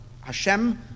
Hashem